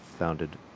Founded